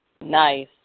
Nice